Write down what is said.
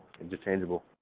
interchangeable